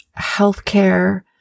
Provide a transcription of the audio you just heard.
healthcare